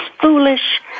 foolish